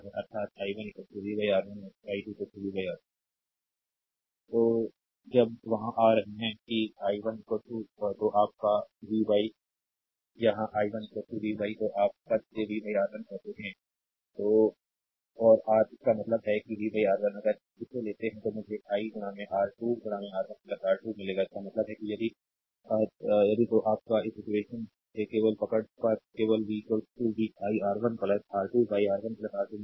अर्थात् i1 v R1 और i2 v R2 तो जब वहाँ आ रहे हैं कि i1 तो आप का v यहाँ i1 v तो आप का जिसे v R1 कहते हैं तो और आर इसका मतलब है कि v R1 अगर इसे लेते हैं तो मुझे i R2 R1 R2 मिलेगा इसका मतलब है कि यदि तो आप का इस इक्वेशन से केवल पकड़ पर केवल v i R1 R2 R1 R2 मिलेगा